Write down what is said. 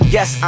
Yes